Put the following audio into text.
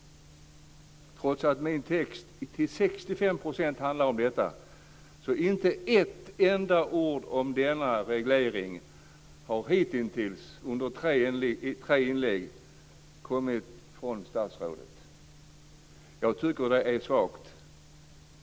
Trots att min text till 65 % handlar om detta har inte ett enda ord om denna reglering hitintills, under tre inlägg, kommit från statsrådet. Jag tycker att det är svagt.